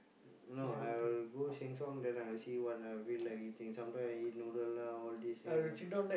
no I will go Sheng-Siong then I will see what I feel like eating sometime I eat noodle ah all these things all